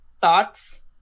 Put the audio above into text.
thoughts